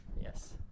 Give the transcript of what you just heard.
Yes